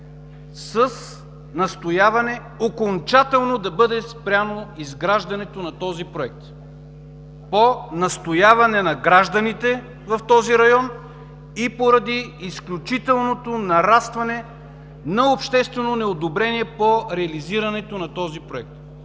с настояване окончателно да бъде спряно изграждането на този проект – по настояване на гражданите в този район и поради изключителното нарастване на обществено неодобрение по реализирането на този проект.